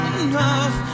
enough